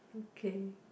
okay